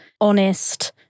honest